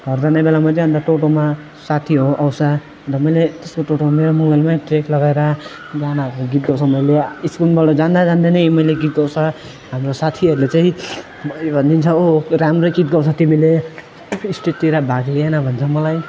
घर जाने बेलामा चाहिँ अन्त टोटोमा साथी हो आउँछ अन्त मैले त्यसको टोटोमा मेरो मोबाइलमै ट्र्याक लगाएर गानाहरू गीत गाउँछु मैले स्कुलबाट जाँदा जाँदा नै मैले गीत गाउँछ हाम्रो साथीहरूले चाहिँ भयो भनिदिन्छ ओ राम्रो गीत गाउँछ तिमीले स्टेटतिर भाग लेऊ न भन्छ मलाई